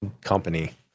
company